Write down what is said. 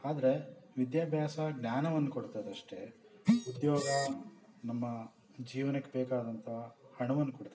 ಆದರೆ ವಿದ್ಯಾಭ್ಯಾಸ ಜ್ಞಾನವನ್ನ ಕೊಡ್ತದಷ್ಟೆ ಉದ್ಯೋಗ ನಮ್ಮ ಜೀವ್ನಕ್ಕೆ ಬೇಕಾದಂಥ ಹಣವನ್ನ ಕೊಡ್ತದೆ